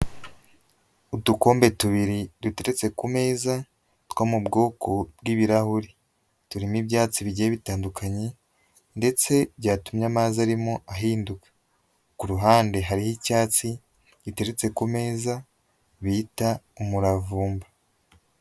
Udukombe tubiri duteretse ku meza two mu bwoko bw'ibirahuri turimo ibyatsi bigiye bitandukanye, ndetse byatumye amazi arimo ahinduka, kuruhande hariho icyatsi giteretse kumeza bita umuravumba.